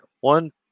one